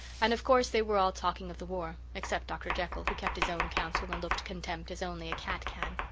and of course they were all talking of the war, except dr. jekyll who kept his own counsel and looked contempt as only a cat can.